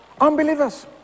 unbelievers